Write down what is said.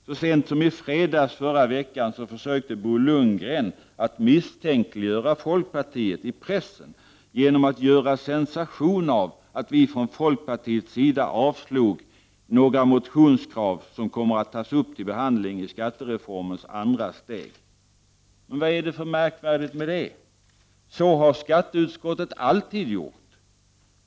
Så sent som i fredags i förra veckan försökte Bo Lundgren att misstänkliggöra folkpartiet i pressen genom att göra sensation av att vi från folkpartiets sida avstyrkte några motionskrav som kommer att tas upp till behandling i skattereformens andra steg. Men vad är det för märkvärdigt i det? Så har skatteutskottet alltid gjort.